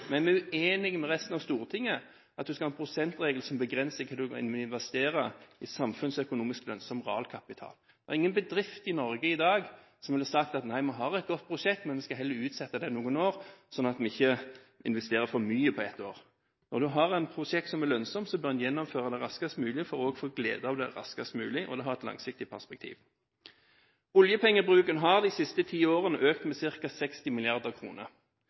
Men vi er uenig med resten av Stortinget i at man skal ha en prosentregel som begrenser det å investere i samfunnsøkonomisk lønnsom realkapital. Det er ingen bedrift i Norge i dag som ville sagt følgende: Vi har et godt prosjekt, men vi vil heller utsette det noen år, slik at vi ikke investerer for mye på ett år. Når man har et prosjekt som er lønnsomt, bør man gjennomføre det raskest mulig – for å få glede av det raskest mulig. Det har et langsiktig perspektiv. Oljepengebruken har de siste ti årene økt med ca. 60